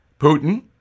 Putin